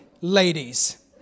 ladies